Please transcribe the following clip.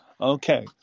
Okay